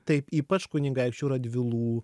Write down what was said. taip ypač kunigaikščių radvilų